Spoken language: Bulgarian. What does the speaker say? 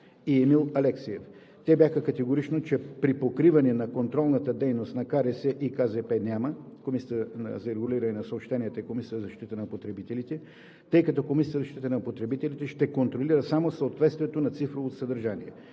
и Емил Алексиев. Те бяха категорични, че припокриване на контролната дейност на Комисията за регулиране на съобщенията и Комисията за защита на потребителите няма, тъй като Комисията за защита на потребителите ще контролира само съответствието на цифровото съдържание.